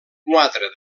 quatre